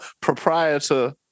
proprietor